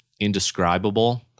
indescribable